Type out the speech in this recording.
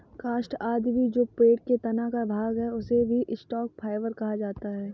काष्ठ आदि भी जो पेड़ के तना का भाग है, उसे भी स्टॉक फाइवर कहा जाता है